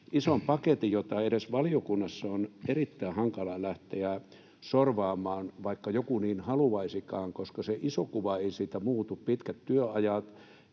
ison paketin, jota edes valiokunnassa on erittäin hankalaa lähteä sorvaamaan, vaikka joku niin haluaisikin, koska se iso kuva ei siitä muutu: pitkät työajat,